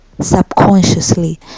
subconsciously